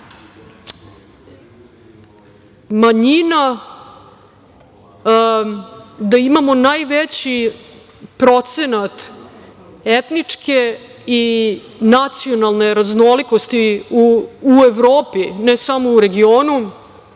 manjina, da imamo najveći procenat etničke i nacionalne raznolikosti u Evropi, ne samo u regionu,